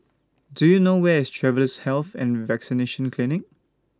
Do YOU know Where IS Travellers' Health and Vaccination Clinic